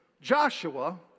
Joshua